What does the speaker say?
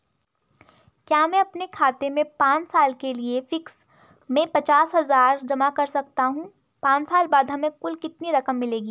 क्या मैं अपने खाते में पांच साल के लिए फिक्स में पचास हज़ार जमा कर सकता हूँ पांच साल बाद हमें कुल कितनी रकम मिलेगी?